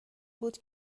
بود